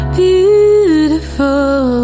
beautiful